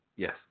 Yes